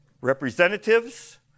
Representatives